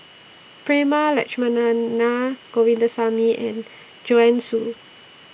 Prema Letchumanan Naa Govindasamy and Joanne Soo